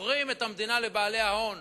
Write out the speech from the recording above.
מוכרים את המדינה לבעלי ההון,